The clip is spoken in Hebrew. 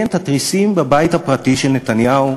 כן, את התריסים בבית הפרטי של נתניהו,